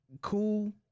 cool